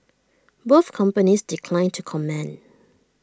both companies declined to comment